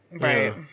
Right